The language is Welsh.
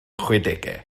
chwedegau